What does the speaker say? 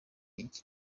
iki